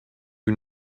you